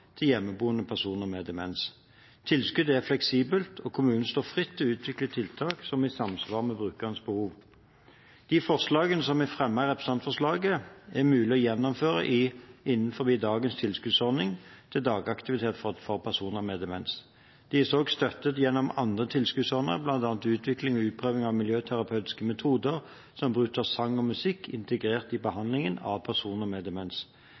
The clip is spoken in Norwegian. til hjemmeboende personer med demens. Tilskuddet er fleksibelt, og kommunen står fritt til å utvikle tiltak som er i samsvar med brukerens behov. De forslagene som er fremmet i representantforslaget, er mulig å gjennomføre innenfor dagens tilskuddsordning til dagaktivitet for personer med demens. De er også støttet gjennom andre tilskuddsordninger, bl.a. utvikling og utprøving av miljøterapeutiske metoder, som bruk av sang og musikk integrert i behandlingen av personer med demens.